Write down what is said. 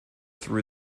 through